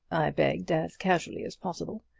i begged, as casually as possible.